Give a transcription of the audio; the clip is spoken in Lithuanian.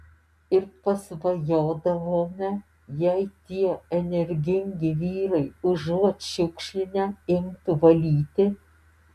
ir pasvajodavome jei tie energingi vyrai užuot šiukšlinę imtų valyti